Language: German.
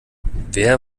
wer